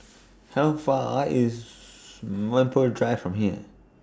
How Far IS Whampoa Drive from here